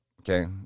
Okay